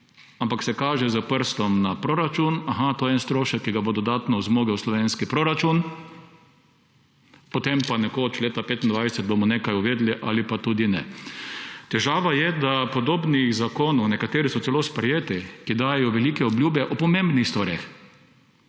ampak se kaže s prstom na proračun. Aha, to je en strošek, ki ga bo dodatno zmogel slovenski proračun, potem pa nekoč leta 2025 bomo nekaj uvedli ali pa tudi ne. Težava je, da podobnih zakonov – nekateri so celo sprejeti –, ki dajejo velike obljube o pomembnih stvareh